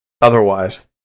otherwise